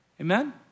amen